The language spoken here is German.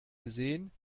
gesehen